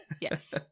Yes